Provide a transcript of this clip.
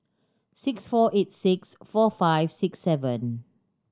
six four eight six four five six seven